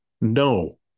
No